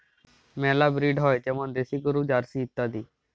মেলা ব্রিড হ্যয় যেমল দেশি গরু, জার্সি ইত্যাদি